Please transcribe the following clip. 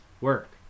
work